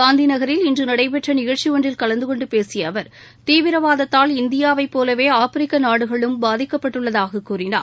காந்திநகரில் இன்று நடைபெற்ற நிகழ்ச்சி ஒன்றில் கலந்து கொண்டு பேசிய அவர் தீவிரவாதத்தால் இந்தியாவை போலவே ஆப்பிரிக்க நாடுகளும் பாதிக்கப்பட்டுள்ளதாக கூறினார்